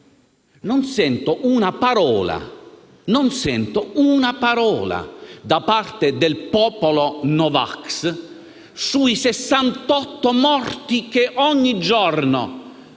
Non sento una parola, da parte del popolo "No vax" sui 68 morti che ogni giorno